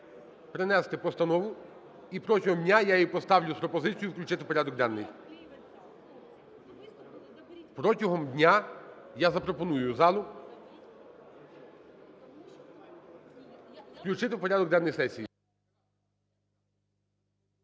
Протягом дня я запропоную залу включити в порядок денний сесії.